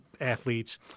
athletes